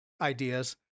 ideas